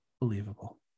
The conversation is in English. believable